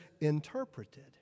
interpreted